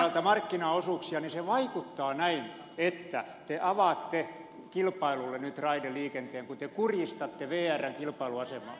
vrltä markkinaosuuksia niin se vaikuttaa näin että te avaatte kilpailulle nyt raideliikenteen kun te kurjistatte vrn kilpailuasemaa